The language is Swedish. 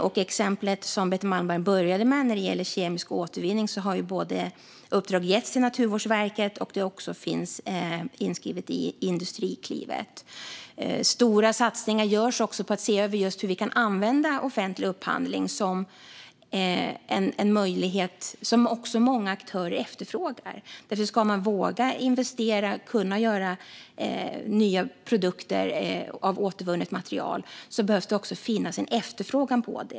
När det gäller kemisk återvinning och exemplet som Betty Malmberg började med har uppdrag getts till Naturvårdsverket, och det finns också inskrivet i Industriklivet. Stora satsningar görs också på att se över hur vi kan använda offentlig upphandling som en möjlighet, vilket många aktörer också efterfrågar. Ska man våga investera och göra nya produkter av återvunnet material behöver det också finnas en efterfrågan.